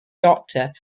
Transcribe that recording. doctor